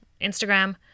Instagram